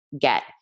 get